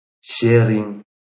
sharing